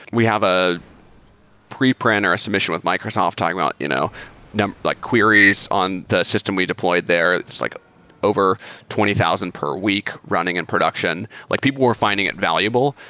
we have a pre-print or a submission with microsoft talking about you know like queries on the system we deployed there. it's like over twenty thousand per week running in production. like people were fi nding it valuable.